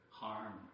harm